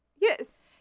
yes